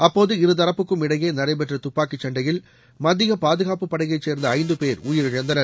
அப்போது இருதாப்புக்கும் இடையே நடைபெற்ற துப்பாக்கிச் சண்டையில் மத்திய பாதுகாப்புப் படையை சேர்ந்த ஐந்து பேர் உயிரிழந்தனர்